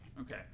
Okay